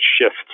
shifts